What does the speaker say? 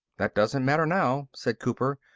that doesn't matter now, said cooper.